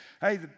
hey